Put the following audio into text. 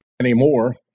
anymore